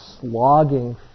slogging